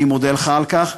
אני מודה לך על כך.